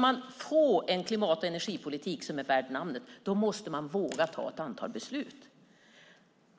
man ska få en klimat och energipolitik som är värd namnet måste man våga fatta beslut.